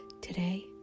Today